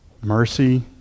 mercy